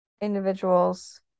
Individuals